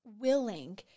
willing